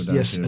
Yes